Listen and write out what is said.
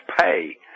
pay